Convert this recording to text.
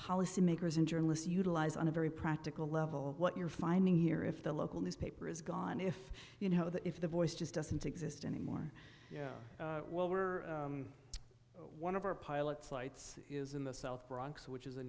policymakers and journalists utilize on a very practical level what you're finding here if the local newspaper is gone if you know that if the voice just doesn't exist anymore yeah well we're one of our pilot sites is in the south bronx which is a